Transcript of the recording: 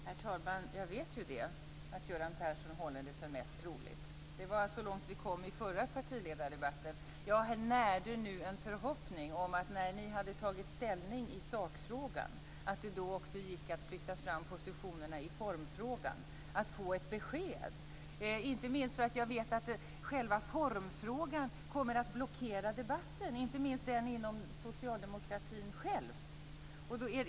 Herr talman! Jag vet att Göran Persson håller det för mest troligt. Det var så långt vi kom i förra partiledardebatten. Jag närde nu en förhoppning om att det gick att flytta fram positionerna också i formfrågan när ni hade tagit ställning i sakfrågan, så att vi kunde få ett besked. Jag vet att själva formfrågan kommer att blockera debatten - inte minst den inom socialdemokratin självt.